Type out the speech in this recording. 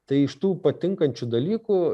tai iš tų patinkančių dalykų